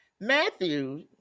Matthew